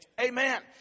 Amen